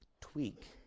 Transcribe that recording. tweak